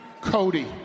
Cody